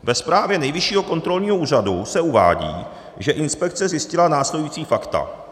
Ve zprávě Nejvyššího kontrolního úřadu se uvádí, že inspekce zjistila následující fakta.